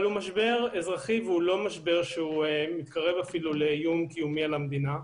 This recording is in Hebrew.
אבל הוא משבר אזרחי והוא לא משבר שאפילו מתקרב לאיום קיומי על המדינה.